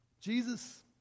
Jesus